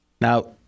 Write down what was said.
Now